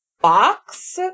box